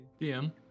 DM